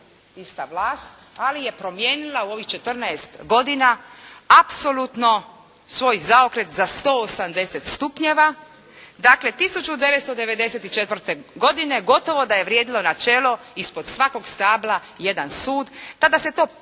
ista vlast, ali je promijenila u ovih 14 godina apsolutno svoj zaokret za 180 stupnjeva. Dakle, 1994. godine gotovo da je vrijedilo načelo ispod svakog stabla jedan sud. Tada se to